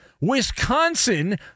Wisconsin